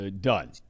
done